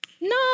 no